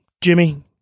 Jimmy